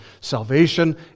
Salvation